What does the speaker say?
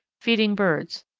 feeding birds.